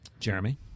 Jeremy